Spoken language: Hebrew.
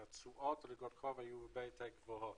כשהתשואות באגרות החוב היו הרבה יותר גבוהות.